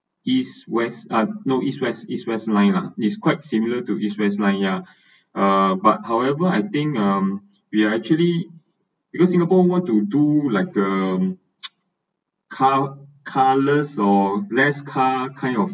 east west uh no east west east west line lah is quite similar to east west line ya err but however I think um we are actually because singapore want to do like um car~ carless or less car kind of